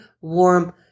warm